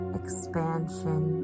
expansion